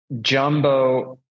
Jumbo